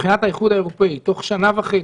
מבחינת האיחוד האירופי תוך שנה וחצי,